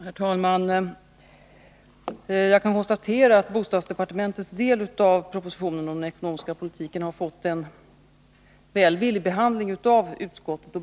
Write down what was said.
Herr talman! Jag kan konstatera att bostadsdepartementets del av propositionen om den ekonomiska politiken har fått en välvillig behandling av utskottet.